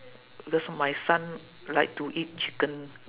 that's what my son like to eat chicken